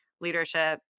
leadership